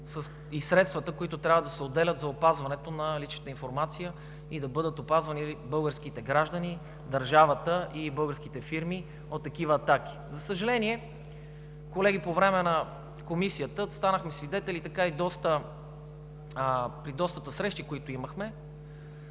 и средствата, които трябва да се отделят за опазването на личната информация, и да бъдат опазвани българските граждани, държавата и българските фирми от такива атаки. За съжаление, колеги, по време на Комисията станахме свидетели при многото срещи, които имахме,